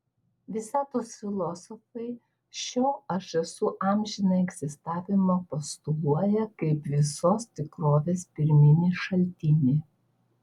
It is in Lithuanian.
visatos filosofai šio aš esu amžinąjį egzistavimą postuluoja kaip visos tikrovės pirminį šaltinį